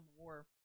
war